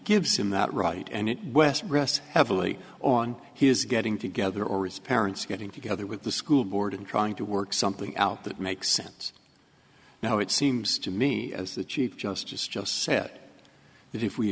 gives him that right and it west rests heavily on his getting together or it's parents getting together with the school board and trying to work something out that makes sense now it seems to me as the chief justice just said that if we